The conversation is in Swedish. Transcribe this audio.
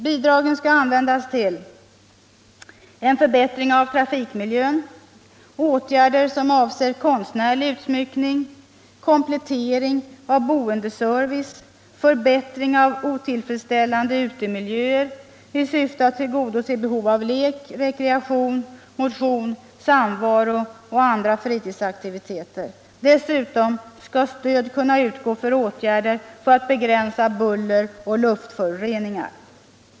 Bidragen skall användas till: förbättring av trafikmiljön, åtgärder som avser konstnärlig utsmyckning, komplettering av boendeservice, förbättring av otillfredsställande utemiljöer i syfte att tillgodose behov av lek, rekreation, motion, samvaro och andra fritidsaktiviteter. Dessutom skall stöd kunna utgå till åtgärder för att begränsa buller och luftföroreningar.